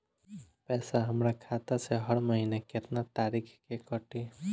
पैसा हमरा खाता से हर महीना केतना तारीक के कटी?